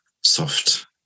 soft